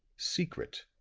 secret,